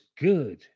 good